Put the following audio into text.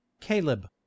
caleb